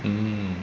mm